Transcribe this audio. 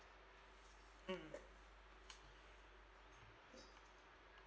mmhmm